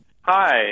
Hi